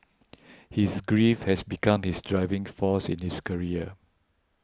his grief has become his driving force in his career